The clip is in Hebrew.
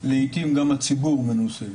לעיתים גם הציבור מנוסה.